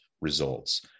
Results